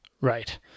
right